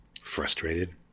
frustrated